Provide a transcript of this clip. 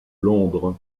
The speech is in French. londres